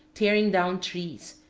tearing down trees,